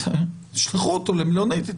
אז שלחו אותו למלונית.